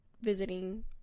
visiting